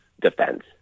defense